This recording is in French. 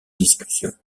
discussion